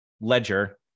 ledger